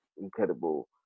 incredible